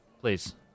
please